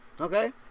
okay